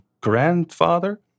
grandfather